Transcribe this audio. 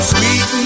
Sweet